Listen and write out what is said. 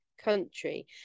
country